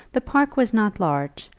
the park was not large,